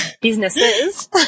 businesses